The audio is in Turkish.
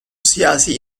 siyasi